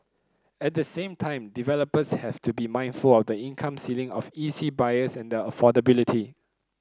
at the same time developers have to be mindful of the income ceiling of E C buyers and their affordability